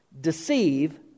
deceive